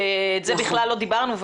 שעל זה בכלל לא דיברנו.